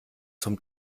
zum